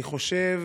אני חושב